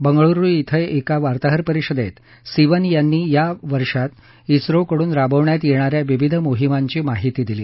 बंगळूरु इथं आज एका वार्ताहर परिषदेत सिवन यांनी या वर्षात इस्रोकडून राबवण्यात येणाऱ्या विविध मोहीमांची माहिती दिली